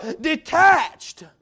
detached